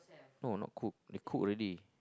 no no cook they cook already